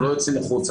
הם לא יוצאים החוצה,